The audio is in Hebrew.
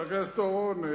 חבר הכנסת אורון,